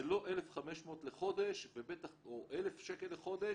זה לא 1,500 לחודש או 1,000 שקל לחודש,